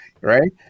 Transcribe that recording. Right